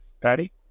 Patty